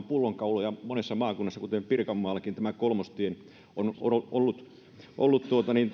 pullonkauloja monessa maakunnassa kuten pirkanmaallakin kolmostie on ollut ollut